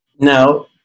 Now